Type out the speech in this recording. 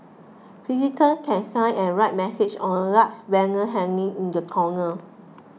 visitor can sign and write message on a large banner hanging in the corner